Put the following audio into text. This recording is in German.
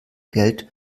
geld